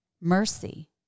mercy